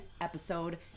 episode